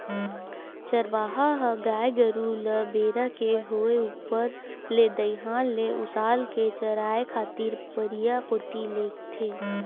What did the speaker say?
चरवाहा ह गाय गरु ल बेरा के होय ऊपर ले दईहान ले उसाल के चराए खातिर परिया कोती लेगथे